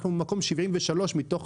אנחנו במקום 73 מתוך